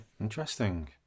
Interesting